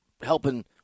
helping